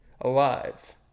alive